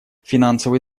финансовые